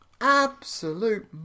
Absolute